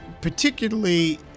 particularly